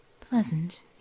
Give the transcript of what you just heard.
pleasant